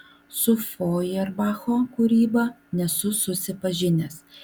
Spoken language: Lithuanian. su fojerbacho kūryba nesu susipažinęs